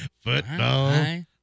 Football